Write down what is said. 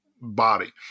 body